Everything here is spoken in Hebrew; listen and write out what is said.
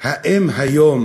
האם היום